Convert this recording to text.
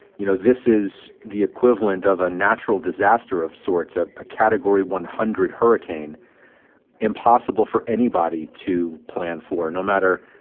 you know, this is the equivalent of a natural disaster of sorts, of ah a category one hundred hurricane impossible for anybody to plan for no matter,